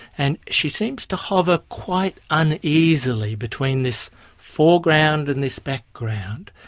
and she seems to hover quite uneasily between this foreground and this background.